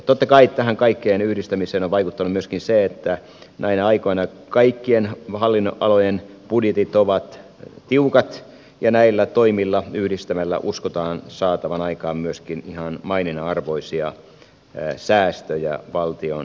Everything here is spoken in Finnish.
totta kai tähän kaikkeen yhdistämiseen on vaikuttanut myöskin se että näinä aikoina kaikkien hallinnonalojen budjetit ovat tiukat ja näillä toimilla yhdistämällä uskotaan saatavan aikaan myöskin ihan maineen arvoisia säästöjä valtiontalouteen